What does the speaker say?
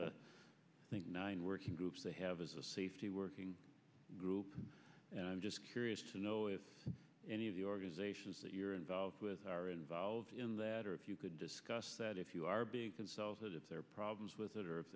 the i think nine working groups they have a safety working group and i'm just curious to know if any of the organizations that you're involved with are involved in that or if you could discuss that if you are being consulted if there are problems with that or